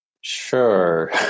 sure